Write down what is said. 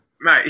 Mate